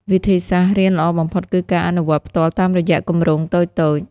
វិធីសាស្ត្ររៀនល្អបំផុតគឺការអនុវត្តផ្ទាល់តាមរយៈគម្រោងតូចៗ។